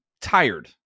tired